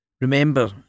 Remember